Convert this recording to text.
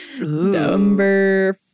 Number